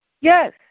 Yes